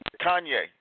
Kanye